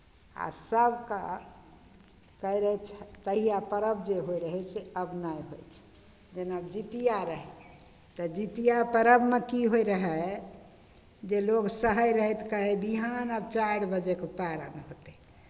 आ सभके कहैत रहै छ तहिया पर्व जे होइत रहै से आब नहि होइ छै जेना जितिया रहै तऽ जितिया पर्वमे की होइत रहै जे लोक सहैत रहै तऽ कहै बिहान आब चारि बजेके पारण हेतै